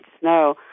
snow